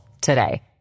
today